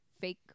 fake